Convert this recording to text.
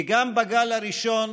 כי גם בגל הראשון